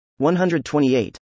128